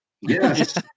Yes